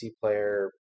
player